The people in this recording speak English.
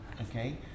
okay